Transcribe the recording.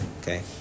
okay